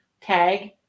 tag